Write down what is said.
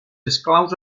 esclaus